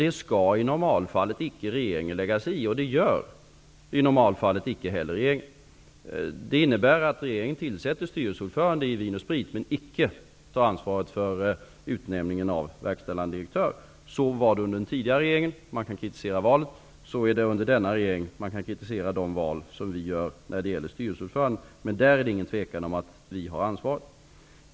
Det skall i normalfallet icke regeringen lägga sig i. Det gör i normalfallet icke heller regeringen. Det här innebär att regeringen tillsätter styrelseordföranden i Vin & Sprit AB men tar icke ansvaret för utnämningen av verkställande direktör. Så var det under den tidigare regeringen. Man kan kritisera de val som gjordes då. Så är det under den nuvarande regeringen. Man kan kritisera de val vi gör i fråga som styrelseordförande. Men där har regeringen ansvaret.